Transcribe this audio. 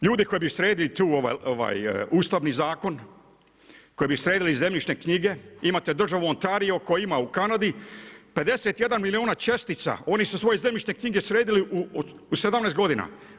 Ljudi koji bi sredili Ustavni zakon, koji bi sredili zemljišne knjige, imate državu Ontario koja ima u Kanadu 51 milijuna čestica, oni su svoje zemljišne knjige sredili u 17 godina.